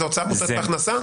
זה הוצאה מותנית הכנסה?